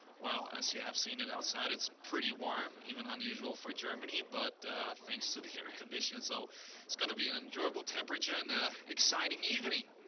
well as you have seen it outside it's pretty warm, even unusual for germany, but thanks to the air condition, so it's going to be an enjoyable temperature and a exciting evening.